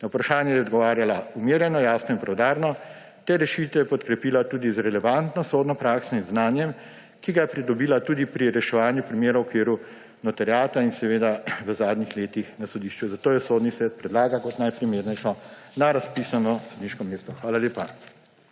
Na vprašanja je odgovarjala umirjeno, jasno in preudarno ter rešitve podkrepila tudi z relevantno sodno prakso in znanjem, ki ga je pridobila tudi pri reševanju primerov v okviru notariata in seveda v zadnjih letih na sodišču, zato jo Sodni svet predlaga kot najprimernejšo na razpisano sodniško mesto. Hvala lepa.